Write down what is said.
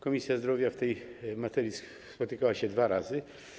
Komisja Zdrowia w tej materii spotykała się dwa razy.